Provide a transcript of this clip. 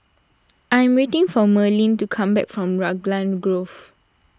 I am waiting for Marlen to come back from Raglan Grove